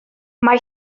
mae